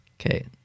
Okay